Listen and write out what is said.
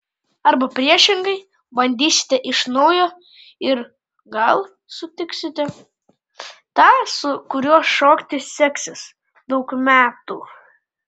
arba priešingai bandysite iš naujo ir gal sutiksite tą su kuriuo šokti seksis daug metų